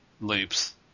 loops